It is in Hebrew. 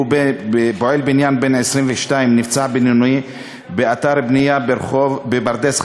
פועל בניין בן 22 שנפצע בינוני באתר בנייה בפרדס-חנה.